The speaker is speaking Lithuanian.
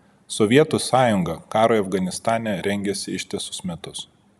sovietų sąjunga karui afganistane rengėsi ištisus metus